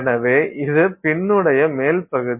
எனவே இது பின்னுடைய மேல் பகுதி